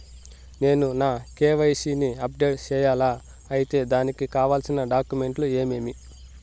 నేను నా కె.వై.సి ని అప్డేట్ సేయాలా? అయితే దానికి కావాల్సిన డాక్యుమెంట్లు ఏమేమీ?